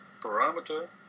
parameter